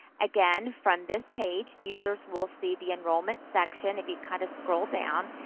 again, from this page, users will see the enrollment section if you kind of scroll down.